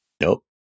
Nope